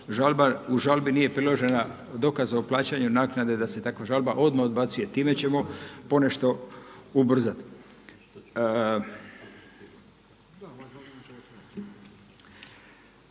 u žalbi nije priložen dokaz o plaćanju naknade da se takva žalba odmah odbacuje. Time ćemo ponešto ubrzati.